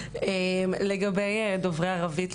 לגבי דוברי ערבית,